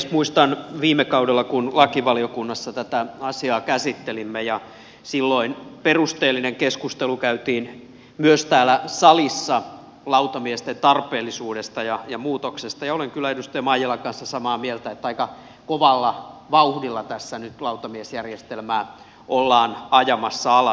muistan kuinka viime kaudella kun lakivaliokunnassa tätä asiaa käsittelimme perusteellinen keskustelu käytiin myös täällä salissa lautamiesten tarpeellisuudesta ja muutoksesta ja olen kyllä edustaja maijalan kanssa samaa mieltä että aika kovalla vauhdilla tässä nyt lautamiesjärjestelmää ollaan ajamassa alas